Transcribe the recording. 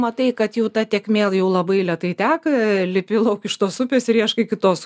matai kad jau ta tėkmė jau labai lėtai teka lipi lauk iš tos upės ir ieškai kitos